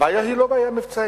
הבעיה היא לא בעיה מבצעית.